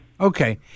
Okay